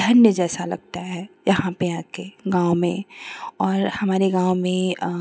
धन्य जैसा लगता है यहाँ पर आकर गाँव में और हमारे गाँव में